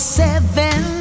seven